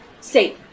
safe